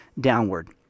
downward